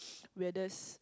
weirdest